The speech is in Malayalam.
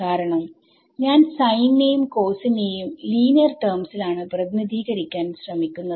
കാരണം ഞാൻ സൈൻ നെയും കോസ് നെയും ലീനിയർ ടെർമ്സിലാണ് പ്രതിനിധീകരിക്കാൻ ശ്രമിക്കുന്നത്